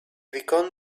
become